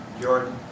Jordan